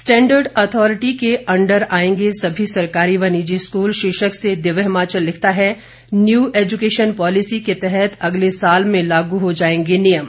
standard authority के under आएंगे सभी सरकारी व निजी स्कूल शीर्षक से दिव्य हिमाचल लिखता है न्यू एजुकेशन पॉलिसी के तहत अगले साल में लागू हो जाएंगे नियम